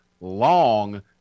long